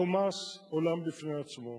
החומ"ס, עולם בפני עצמו.